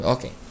Okay